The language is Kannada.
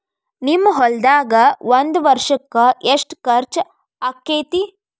ನಿಮ್ಮ ಹೊಲ್ದಾಗ ಒಂದ್ ವರ್ಷಕ್ಕ ಎಷ್ಟ ಖರ್ಚ್ ಆಕ್ಕೆತಿ?